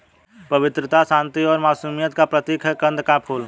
पवित्रता, शांति और मासूमियत का प्रतीक है कंद का फूल